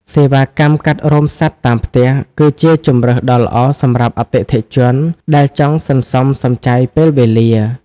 សេវាកម្មកាត់រោមសត្វតាមផ្ទះ គឺជាជម្រើសដ៏ល្អសម្រាប់អតិថិជនដែលចង់សន្សំសំចៃពេលវេលា។